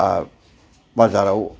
ओ बाजाराव